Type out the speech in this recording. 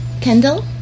Kendall